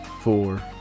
four